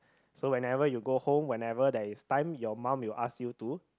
so whenever you go home whenever there is time your mum will ask you to